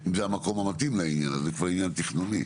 אם זה המקום המתאים לעניין הזה, כבר עניין תכנוני.